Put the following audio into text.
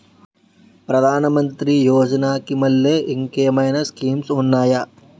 ప్రధాన మంత్రి యోజన కి మల్లె ఇంకేమైనా స్కీమ్స్ ఉన్నాయా?